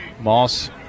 Moss